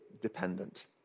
dependent